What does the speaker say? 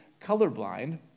colorblind